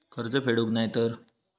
कर्ज फेडूक नाय तर?